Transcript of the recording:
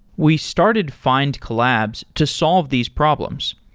we started findcollabs to solve these problems.